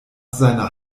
seiner